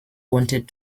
wanted